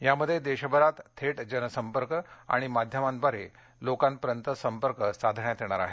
यामध्य देशभरात थेट जनसंपर्क आणि माध्यमांद्वारे लोकांपर्यंत संपर्क साधण्यात येणार आहे